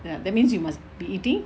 that means you must be eating